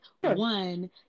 one